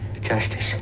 Justice